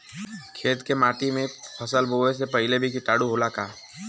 खेत के माटी मे फसल बोवे से पहिले भी किटाणु होला का?